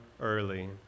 early